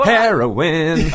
Heroin